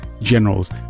generals